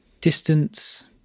distance